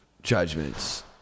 judgments